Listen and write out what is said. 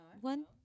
one